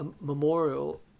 memorial